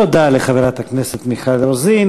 תודה לחברת הכנסת מיכל רוזין.